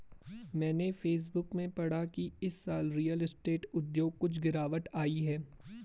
मैंने फेसबुक में पढ़ा की इस साल रियल स्टेट उद्योग कुछ गिरावट आई है